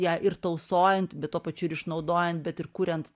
ją ir tausojant bet tuo pačiu ir išnaudojant bet ir kuriant